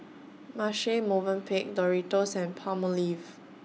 Marche Movenpick Doritos and Palmolive